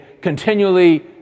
continually